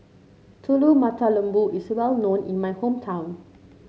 Telur Mata Lembu is well known in my hometown